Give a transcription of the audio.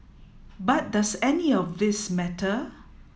but does any of this matter